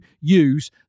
use